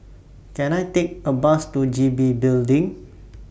Can I Take A Bus to G B Building